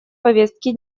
повестки